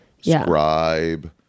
scribe